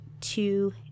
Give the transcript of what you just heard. two